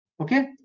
Okay